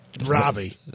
Robbie